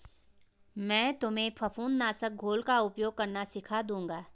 मैं तुम्हें फफूंद नाशक घोल का उपयोग करना सिखा दूंगा